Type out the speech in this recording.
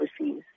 overseas